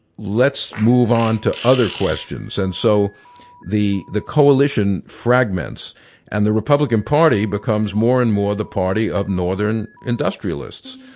let's move on to other questions. and so the the coalition fragments and the republican party becomes more and more the party of northern industrialists.